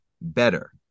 better